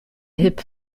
hip